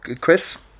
Chris